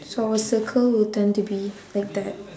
so our circle will turn to be like that